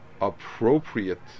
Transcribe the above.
appropriate